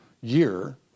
year